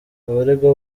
abaregwa